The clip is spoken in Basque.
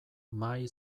mahai